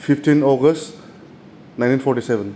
fifteen August nineteen forty seven